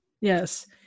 Yes